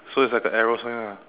so it's like a arrow sign ah